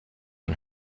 and